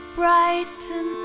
brighten